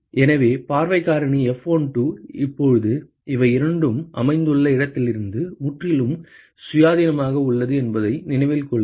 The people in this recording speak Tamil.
எனவே பார்வைக் காரணி F12 இப்போது இவை இரண்டும் அமைந்துள்ள இடத்திலிருந்து முற்றிலும் சுயாதீனமாக உள்ளது என்பதை நினைவில் கொள்க